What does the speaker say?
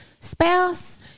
spouse